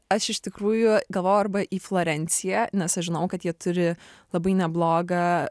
aš iš tikrųjų galvojau arba į florenciją nes aš žinojau kad jie turi labai neblogą